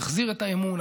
תחזיר את האמון,